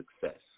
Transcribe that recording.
success